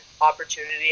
opportunity